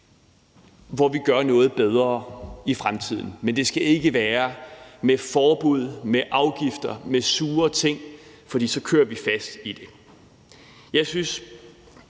hvor vi gør noget bedre i fremtiden. Men det skal ikke være med forbud, med afgifter og med sure ting, for så kører vi fast i det. Jeg synes,